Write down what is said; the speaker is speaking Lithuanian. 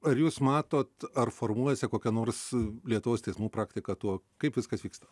ar jūs matot ar formuojasi kokia nors lietuvos teismų praktika tuo kaip viskas vyksta